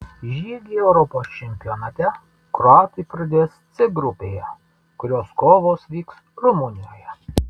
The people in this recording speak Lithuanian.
žygį europos čempionate kroatai pradės c grupėje kurios kovos vyks rumunijoje